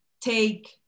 take